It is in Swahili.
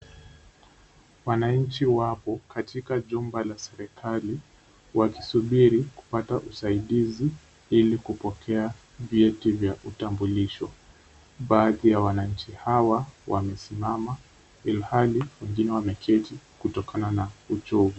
Wananchi wapo katika jumba la serikali wakisubiri kupata usaidizi ili kupokea vyeti vya utambulisho. Baadhi ya wananchi hawa wamesimama ilhali wengine wameketi kutokana na uchovu.